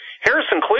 Harrison